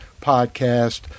podcast